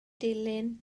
dilin